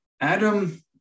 Adam